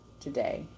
today